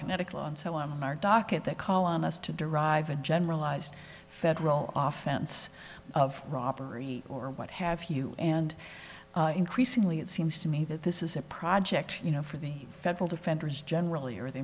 kinetic law and so on our docket that call on us to derive a generalized federal off ends of robbery or what have you and increasingly it seems to me that this is a project you know for the federal defenders generally or the